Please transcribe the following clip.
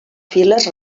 files